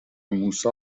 موسی